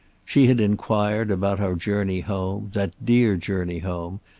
she had inquired about our journey home, that dear journey home,